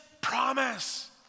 promise